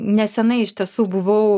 nesenai iš tiesų buvau